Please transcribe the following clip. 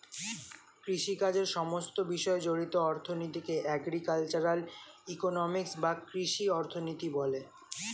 কৃষিকাজের সমস্ত বিষয় জড়িত অর্থনীতিকে এগ্রিকালচারাল ইকোনমিক্স বা কৃষি অর্থনীতি বলে